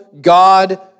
God